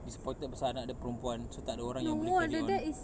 disappointed pasal anak dia perempuan so tak ada orang yang boleh carry on